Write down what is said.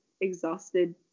exhausted